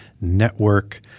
network